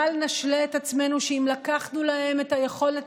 בל נשלה את עצמנו שאם לקחנו להם את היכולת